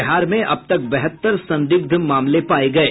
बिहार में अब तक बहत्तर संदिग्ध मामले पाये गये